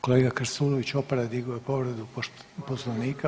Kolega Krstulović Opara digao je povredu Poslovnika.